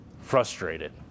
frustrated